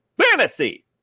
Fantasy